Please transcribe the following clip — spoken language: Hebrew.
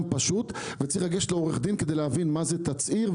פשוט וצריך לגשת לעורך דין כדי להבין מה זה תצהיר,